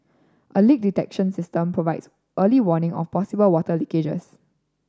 a leak detection system provides early warning of possible water leakages